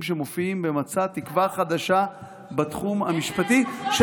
שמופיעים במצע תקווה חדשה בתחום המשפטי -- חלום.